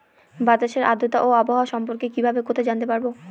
বাতাসের আর্দ্রতা ও আবহাওয়া সম্পর্কে কিভাবে কোথায় জানতে পারবো?